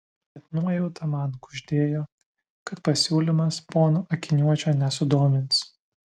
bet nuojauta man kuždėjo kad pasiūlymas pono akiniuočio nesudomins